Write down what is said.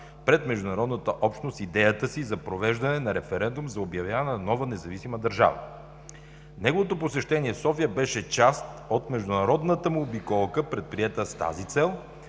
пред международната общност идеята си за провеждане на референдум за обявяване на нова независима държава. Неговото посещение в София беше част от международната му обиколка, предприета с тази цел.